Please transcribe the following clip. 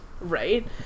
Right